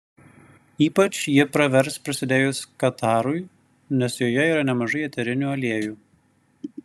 ypač ji pravers prasidėjus katarui nes joje yra nemažai eterinių aliejų